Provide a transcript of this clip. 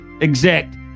exact